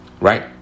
right